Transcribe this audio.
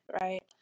right